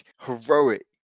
heroic